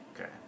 Okay